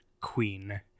queen